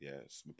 Yes